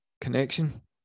connection